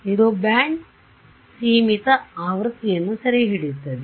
ಇದು ಬ್ಯಾಂಡ್ ಸೀಮಿತ ಆವೃತ್ತಿಯನ್ನು ಸೆರೆಹಿಡಿಯುತ್ತದೆ